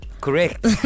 Correct